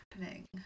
happening